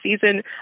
season